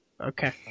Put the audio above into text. Okay